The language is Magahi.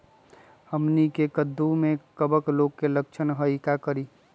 हमनी के कददु में कवक रोग के लक्षण हई का करी?